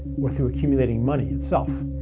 or through accumulating money itself.